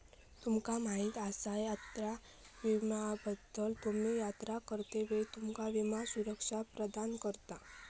तुमका माहीत आसा यात्रा विम्याबद्दल?, तुम्ही यात्रा करतेवेळी तुमका विमा सुरक्षा प्रदान करता